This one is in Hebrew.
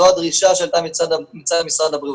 זו הדרישה שהייתה מצד משרד הבריאות.